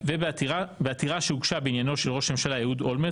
בעתירה שהוגשה בעניינו של ראש הממשלה אהוד אולמרט